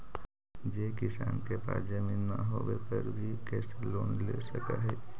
जे किसान के पास जमीन न होवे पर भी कैसे लोन ले सक हइ?